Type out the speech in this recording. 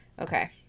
Okay